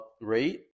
rate